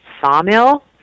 sawmill